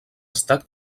estat